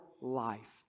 life